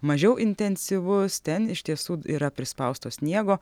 mažiau intensyvus ten iš tiesų yra prispausto sniego